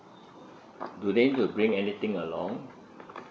do they need to bring anything along